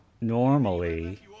Normally